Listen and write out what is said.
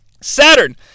Saturn